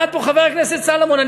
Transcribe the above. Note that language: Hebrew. עמד פה חבר הכנסת סולומון,